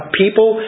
people